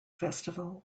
festival